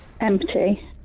empty